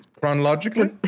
Chronologically